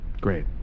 Great